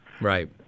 Right